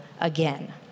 again